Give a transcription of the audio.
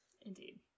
Indeed